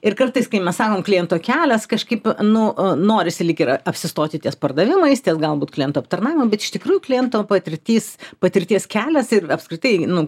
ir kartais kai mes sakom kliento kelias kažkaip nu norisi lyg ir apsistoti ties pardavimais galbūt klientų aptarnavimo bet iš tikrųjų kliento patirtis patirties kelias ir apskritai nu